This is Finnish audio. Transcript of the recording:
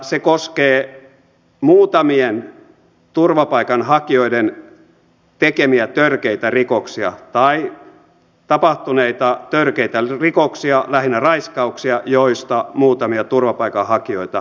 se koskee muutamien turvapaikanhakijoiden tekemiä törkeitä rikoksia tapahtuneita törkeitä rikoksia lähinnä raiskauksia joista muutamia turvapaikanhakijoita epäillään